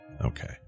Okay